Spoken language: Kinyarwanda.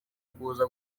kuza